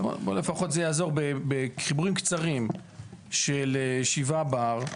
בוא, לפחות זה יעזור בחיבורים קצרים של 7 בר.